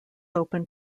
open